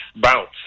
bounce